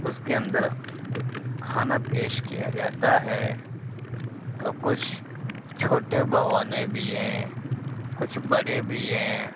اس کے اندر کھانا پیش کیا جاتا ہے اور کچھ چھوٹے بھگونے بھی ہیں کچھ بڑے بھی ہیں